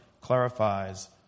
clarifies